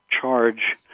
charge